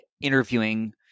interviewing